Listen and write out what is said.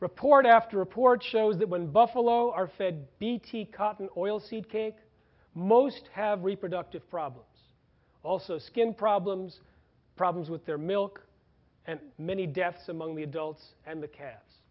report after report shows that when buffalo are fed bt cotton oil seed cake most have reproductive problems also skin problems problems with their milk and many deaths among the adults and the ca